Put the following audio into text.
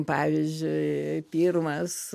pavyzdžiui pirmas